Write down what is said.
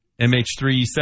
MH370